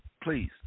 please